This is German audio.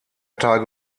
tage